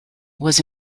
was